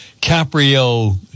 Caprio